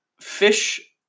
fish